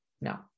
No